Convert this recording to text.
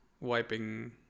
Wiping